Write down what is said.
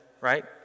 Right